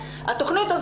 התכנית'.